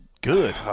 good